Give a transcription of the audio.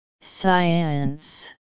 Science